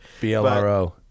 BLRO